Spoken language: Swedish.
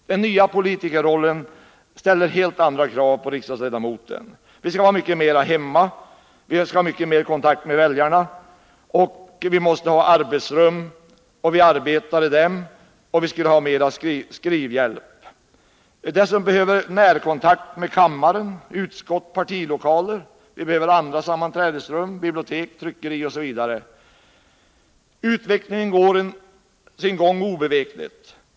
Den nya politikerrollen ställer helt andra krav på riksdagsledamoten. Vi skall vara mycket mera hemma. Vi skall ha mycket mera kontakt med väljarna, och vi måste ha rum där vi arbetar och vi skulle ha mer skrivhjälp. Dessutom behövs närkontakt med kammaren, utskottsoch partilokaler. Vi behöver också sammanträdesrum. bibliotek, tryckeri osv. Utvecklingen går sin gång obevekligt.